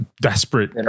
desperate